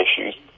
issues